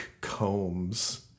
Combs